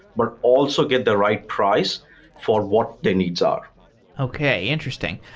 but also get the right price for what their needs are okay, interesting.